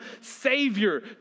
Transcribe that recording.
savior